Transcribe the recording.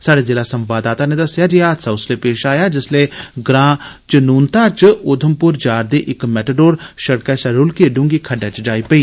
साहड़े जिला संवाददाता नै दस्सेआ ऐ जे एह् हादसा उस्सलै पेश आया जिस्लै ग्रां चनूनता शा उधमपुर जा'रदी इक मेटाडोर सिड़कै शा रूलकिये दूंह्गी खड्डै च जाई पेई